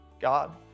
God